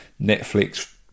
Netflix